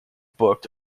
booked